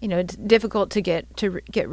you know difficult to get to get